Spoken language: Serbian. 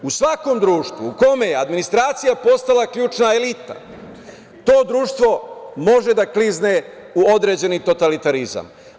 U svakom društvu u kome je administracija postala ključna elita, to društvo može da klizne u određeni totalitarizam.